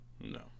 No